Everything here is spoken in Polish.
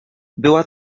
była